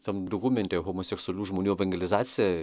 tam dokumente homoseksualių žmonių evangelizacija